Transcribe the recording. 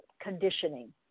conditioning